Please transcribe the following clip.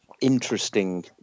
interesting